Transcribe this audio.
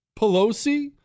Pelosi